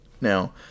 Now